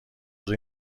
روی